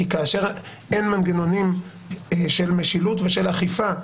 כי כאשר אין מנגנונים של משילות ושל אכיפה,